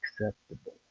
acceptable